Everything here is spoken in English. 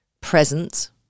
present